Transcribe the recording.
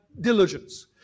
diligence